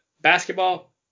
Basketball